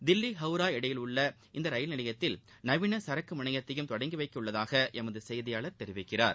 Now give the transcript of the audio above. தில்லி ஹவுரா இடையே உள்ள இந்த ரயில் நிலையத்தில் நவீன சரக்கு முனையத்தையும் தொடங்கி வைக்கவுள்ளதாக எமது செய்தியாளர் தெரிவிக்கிறார்